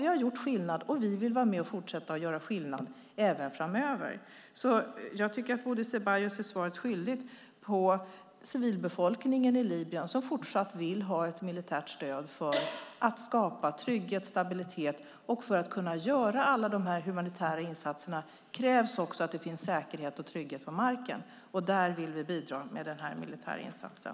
Vi har gjort skillnad, och vi vill vara med och fortsätta göra skillnad även framöver, så jag tycker att Bodil Ceballos är svaret skyldig när det gäller civilbefolkningen i Libyen som fortsatt vill ha ett militärt stöd för att skapa trygghet och stabilitet. För att kunna göra alla de här humanitära insatserna krävs också att det finns säkerhet och trygghet på marken, och där vill vi bidra med den här militära insatsen.